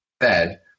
Fed